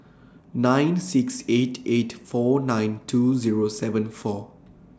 nine six eight eight four nine two Zero seven four